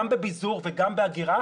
גם בביזור וגם באגירה,